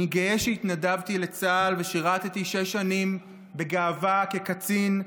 אני גאה שהתנדבתי לצה"ל ושירתי שש שנים בגאווה כקצין,